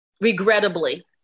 regrettably